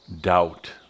doubt